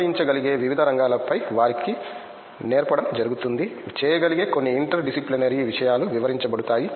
అన్వయించగలిగే వివిధ రంగాలపై వారికి నేర్పడం జరుగుతుంది చేయగలిగే కొన్ని ఇంటర్ డిసిప్లినరీ విషయాలు వివరించబడుతాయి